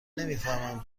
نمیفهمم